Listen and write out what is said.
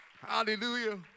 Hallelujah